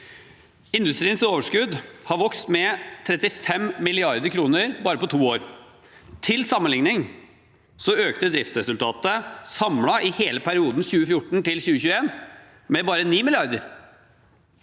Industriens overskudd har vokst med 35 mrd. kr på bare to år. Til sammenligning økte driftsresultatet samlet i hele perioden fra 2014 til 2021 med bare 9 mrd.